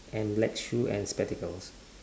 and black shoe and spectacles